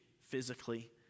physically